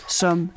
som